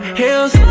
hills